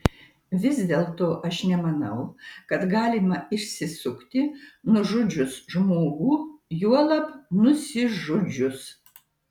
vis dėlto aš nemanau kad galima išsisukti nužudžius žmogų juolab nusižudžius